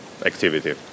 activity